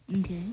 okay